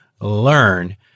learn